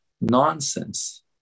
Nonsense